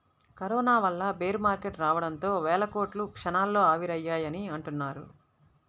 corona వల్ల bear market రావడంతో వేల కోట్లు క్షణాల్లో ఆవిరయ్యాయని అంటున్నారు